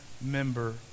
member